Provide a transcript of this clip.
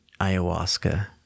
ayahuasca